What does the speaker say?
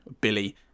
Billy